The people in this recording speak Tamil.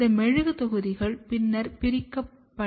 இந்த மெழுகு தொகுதிகள் பின்னர் பிரிக்கப் பயன்படுத்தப்படுகின்றன